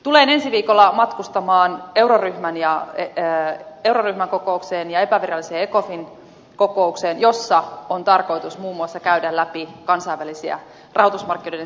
tulen ensi viikolla matkustamaan euroryhmän kokoukseen ja epäviralliseen ecofin kokoukseen jossa on tarkoitus muun muassa käydä läpi kansainvälisiä rahoitusmarkkinoiden sääntelyasioita